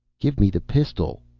give me the pistol,